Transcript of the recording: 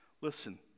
Listen